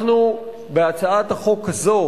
אנחנו, בהצעת החוק הזו